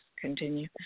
continue